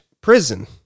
prison